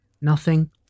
nothing